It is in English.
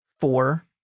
Four